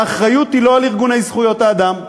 האחריות היא לא על ארגוני זכויות האדם.